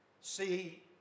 see